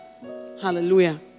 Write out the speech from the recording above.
Hallelujah